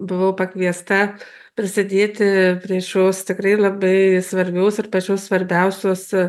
buvau pakviesta prisidėti prie šios tikrai labai svarbios ir pačios svarbiausios